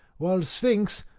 while sphinx,